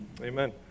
Amen